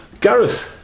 Gareth